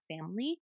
family